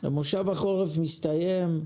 מושב החורף מסתיים,